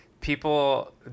people